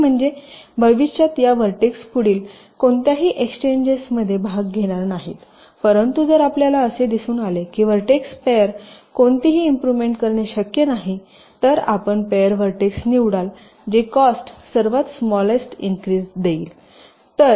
lock म्हणजे भविष्यात या व्हर्टेक्स पुढील कोणत्याही एक्सचेंजेसमध्ये भाग घेणार नाहीत परंतु जर आपल्याला असे दिसून आले की व्हर्टेक्स जोड्या पेर कोणतीही इम्प्रुव्हमेंट करणे शक्य नाही तर आपण पेर व्हर्टेक्स निवडाल जे कॉस्ट सर्वात स्मालेस्ट इनक्रिज देईल